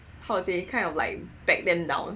how to say kind of like back them down